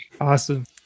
Awesome